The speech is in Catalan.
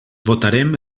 votarem